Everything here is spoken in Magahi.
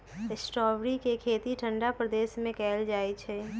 स्ट्रॉबेरी के खेती ठंडा प्रदेश में कएल जाइ छइ